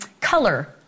color